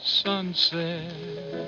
sunset